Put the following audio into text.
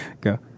Go